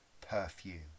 perfume